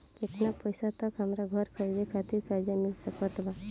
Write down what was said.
केतना पईसा तक हमरा घर खरीदे खातिर कर्जा मिल सकत बा?